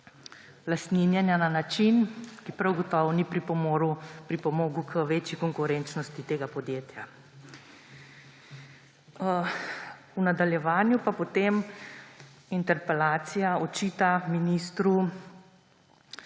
lastninjenja na način, ki prav gotovo ni pripomogel k večji konkurenčnosti tega podjetja. V nadaljevanju potem interpelacija očita ministru